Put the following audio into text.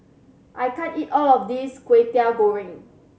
I can't eat all of this Kwetiau Goreng